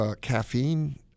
caffeine